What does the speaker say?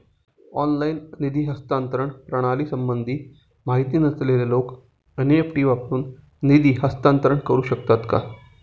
Online निधी हस्तांतरण प्रणालीसंबंधी माहिती नसलेले लोक एन.इ.एफ.टी वरून निधी हस्तांतरण करू शकतात का?